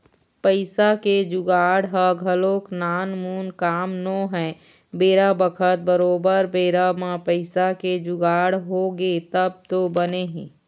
पइसा के जुगाड़ ह घलोक नानमुन काम नोहय बेरा बखत बरोबर बेरा म पइसा के जुगाड़ होगे तब तो बने हे